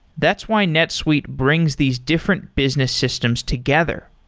that's why netsuite brings these different business systems together.